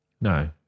No